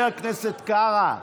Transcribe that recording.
הצבעתי.